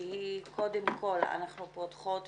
כי קודם כל אנחנו פותחות